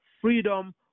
freedom